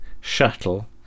shuttle